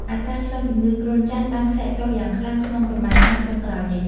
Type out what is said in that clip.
អត្រាឆ្លងជំងឺគ្រុនចាញ់បានធ្លាក់ចុះយ៉ាងខ្លាំងក្នុងប៉ុន្មានឆ្នាំចុងក្រោយនេះ។